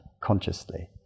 consciously